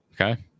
Okay